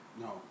no